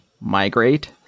migrate